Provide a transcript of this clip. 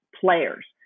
players